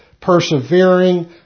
persevering